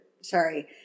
Sorry